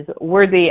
worthy